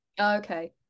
Okay